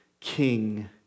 King